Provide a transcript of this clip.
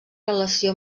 relació